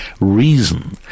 reason